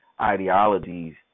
ideologies